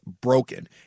broken